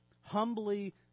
humbly